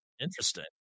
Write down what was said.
Interesting